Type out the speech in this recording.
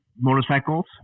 motorcycles